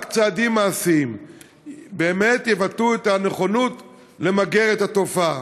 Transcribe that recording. רק צעדים מעשיים באמת יבטאו את הנכונות למגר את התופעה,